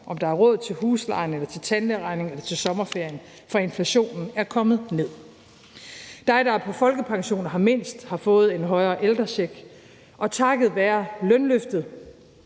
om der er råd til huslejen eller til tandlægeregningen eller til sommerferien, for inflationen er kommet ned. Dig, der er på folkepension og har mindst, har fået en større ældrecheck, og takket være lønløftet